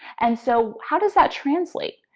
and so how does that translate?